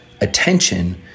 attention